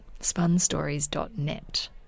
spunstories.net